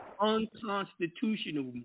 unconstitutional